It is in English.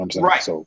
Right